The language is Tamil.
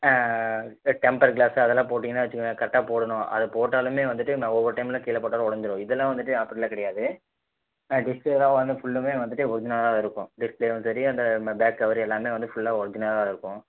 டெம்பர் கிளாஸ்சு அதெல்லாம் போட்டிங்கனால் வைச்சுக்களேன் கரெட்டாக போடணும் அதை போட்டாலுமே வந்துவிட்டு நம்ம ஒரு டைமில் கீழே போட்டாலுமே உடஞ்சிரும் இதெல்லாம் வந்துட்டு அப்படிலாம் கிடையாது டிஸ்ப்பிளேயெலாம் வந்து ஃபுல்லுமே வந்துட்டு ஒர்ஜினலாகத்தான் இருக்கும் டிஸ்ப்பிளேவும் சரி அந்த பேக் கவரு எல்லாமே வந்து ஃபுல்ல்லாக ஒர்ஜினலாகதான் இருக்கும்